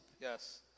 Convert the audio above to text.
yes